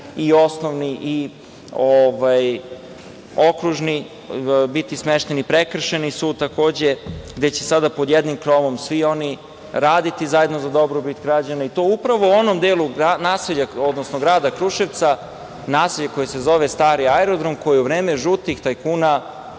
i Osnovni i Okružni, biti smešteni, i Prekršajni sud, takođe, gde će sada pod jednim krovom svi oni raditi zajedno za dobrobit građana i to upravo u onom delu grada Kruševca, naselje koje se zove Stari aerodrom, koje je u vreme žutih tajkuna